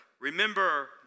remember